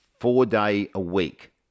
four-day-a-week